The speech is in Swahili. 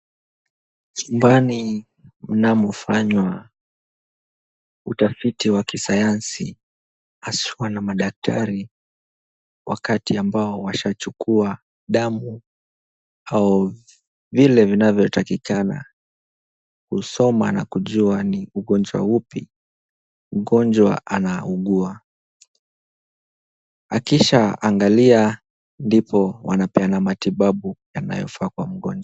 Chumbani mnamofanywa utafiti wa kisayansi haswa na madaktari wakati ambao washachukua damu au vile vinavyotakikana kusoma na kujua ni ugonjwa upi mgonjwa anaugua. Akishaangalia ndipo wanapeana matibabu yanayofaa kwa mgonjwa.